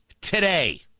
today